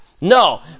No